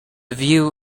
view